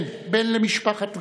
כן, בן למשפחת ריבלין.